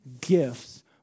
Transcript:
gifts